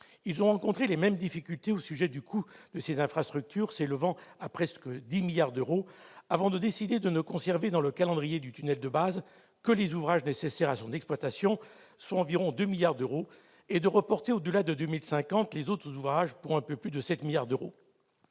effet rencontré les mêmes difficultés que les nôtres au sujet du coût de ces infrastructures, qui s'élève à presque 10 milliards d'euros, avant de décider de ne conserver dans le calendrier du tunnel de base que les ouvrages nécessaires à son exploitation, soit environ 2 milliards d'euros, et de reporter au-delà de 2050 les autres ouvrages, pour un peu plus de 7 milliards d'euros.